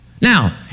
Now